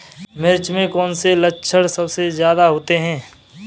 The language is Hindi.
मिर्च में कौन से लक्षण सबसे ज्यादा होते हैं?